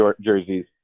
jerseys